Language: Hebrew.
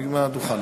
מהדוכן.